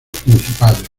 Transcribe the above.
principales